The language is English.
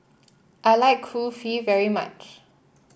I like Kulfi very much